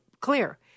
clear